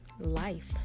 life